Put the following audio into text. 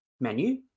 menu